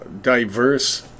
diverse